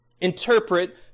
interpret